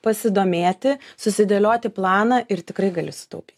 pasidomėti susidėlioti planą ir tikrai gali sutaupyt